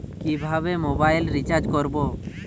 কিভাবে mobile recharge করব?